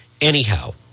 anyhow